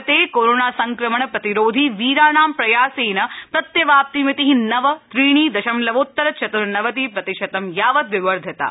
भारते कोरोना संक्रमण प्रतिरोधी वीराणां प्रयासेन प्रत्यवाप्तिमिति नव त्रीणि दशमलवोत्तर चत्नर्नवति प्रतिशतं यावत् विवर्धिता